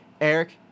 Eric